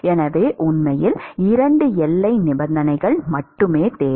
எனவே உண்மையில் 2 எல்லை நிபந்தனைகள் மட்டுமே தேவை